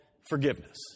Forgiveness